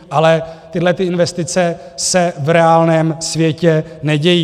Ale tyhlety investice se v reálném světě nedějí.